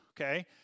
okay